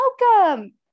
welcome